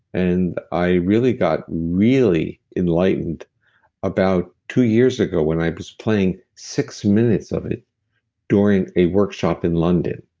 and i really got really enlightened about two years ago, when i was playing six minutes of it during a workshop in london.